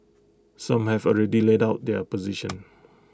some have already laid out their position